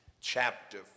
chapter